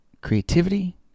creativity